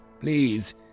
please